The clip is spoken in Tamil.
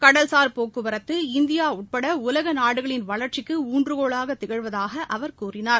கடல்சார் போக்குவரத்து இந்தியா உட்பட உலக நாடுகளின் வளர்ச்சிக்கு ஊன்றகோலாக திகழ்வதாக அவர் கூறினார்